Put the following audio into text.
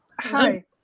Hi